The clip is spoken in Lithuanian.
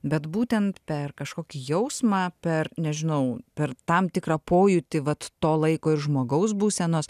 bet būtent per kažkokį jausmą per nežinau per tam tikrą pojūtį vat to laiko ir žmogaus būsenos